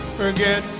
forget